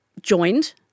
joined